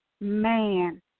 man